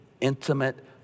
intimate